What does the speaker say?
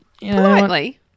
Politely